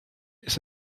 ist